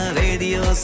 radio